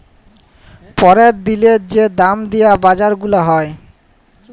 প্যরের দিলের যে দাম দিয়া বাজার গুলা হ্যয়